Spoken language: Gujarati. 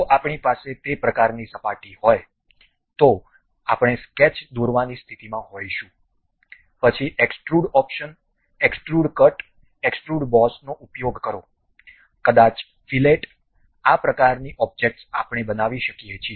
જો આપણી પાસે તે પ્રકારની સપાટી હોય તો આપણે સ્કેચ દોરવાની સ્થિતિમાં હોઈશું પછી extrude options extrude cut extrude બોસનો ઉપયોગ કરો કદાચ ફીલેટ આ પ્રકારની ઓબ્જેક્ટ્સ આપણે બનાવી શકીએ છીએ